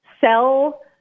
sell